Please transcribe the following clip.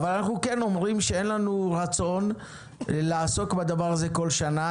אין לנו רצון לעסוק בדבר הזה כל שנה.